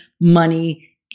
money